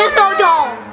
no doll?